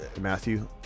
Matthew